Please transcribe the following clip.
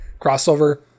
crossover